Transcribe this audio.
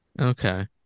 Okay